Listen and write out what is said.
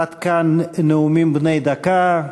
עד כאן נאומים בני דקה.